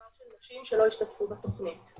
נשים שלא השתתפו בתוכנית.